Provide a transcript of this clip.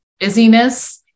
busyness